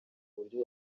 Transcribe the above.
buryo